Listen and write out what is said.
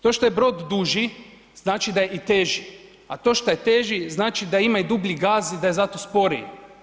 To što je brod duži znači da je i teži, a to što je teži znači da ima i dublji gaz i da je zato sporiji.